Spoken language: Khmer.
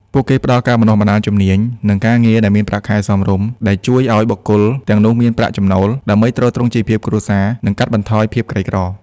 ពួកគេផ្តល់ការបណ្តុះបណ្តាលជំនាញ និងការងារដែលមានប្រាក់ខែសមរម្យ ដែលជួយឲ្យបុគ្គលទាំងនោះមានប្រាក់ចំណូល ដើម្បីទ្រទ្រង់ជីវភាពគ្រួសារ និងកាត់បន្ថយភាពក្រីក្រ។